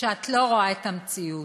שאת לא רואה את המציאות,